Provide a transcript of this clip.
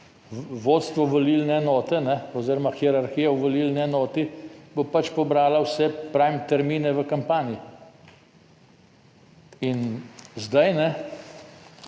vodstvo volilne enote oziroma hierarhija v volilni enoti bo pobrala vse, pravim, termine v kampanji. In zdaj